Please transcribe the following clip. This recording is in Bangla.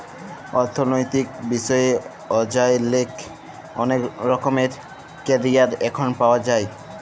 অথ্থলৈতিক বিষয়ে অযায় লেক রকমের ক্যারিয়ার এখল পাউয়া যায়